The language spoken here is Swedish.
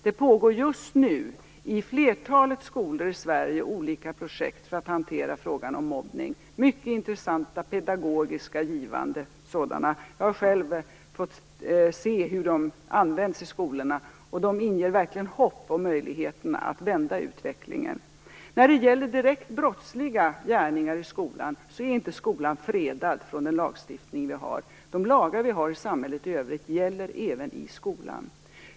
Det pågår just nu i flertalet skolor i Sverige olika projekt för att hantera frågan om mobbning. Det är mycket intressanta, pedagogiska och givande sådana. Jag har själv fått se hur de används i skolorna. De inger verkligen hopp om möjligheten att vända utvecklingen. När det gäller direkt brottsliga gärningar i skolan vill jag säga att skolan inte är fredad från den lagstiftning vi har. De lagar vi har i samhället i övrigt gäller även i skolan.